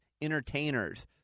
entertainers